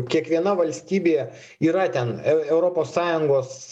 kiekviena valstybė yra ten eu europos sąjungos